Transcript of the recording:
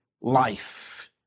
life